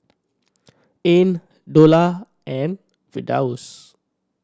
Ain Dollah and Firdaus